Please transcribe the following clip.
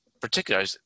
particularly